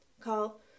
call